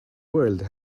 world